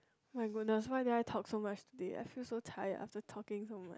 oh-my-goodness why did I talk so much today I feel so tired after talking so much